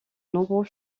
nombreux